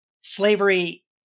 slavery